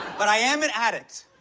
but i am an addict.